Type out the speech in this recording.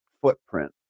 footprint